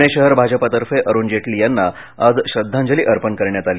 पुणे शहर भाजपातर्फे अरुण जेटली यांना आज श्रद्धांजली अर्पण करण्यात आली